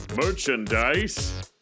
Merchandise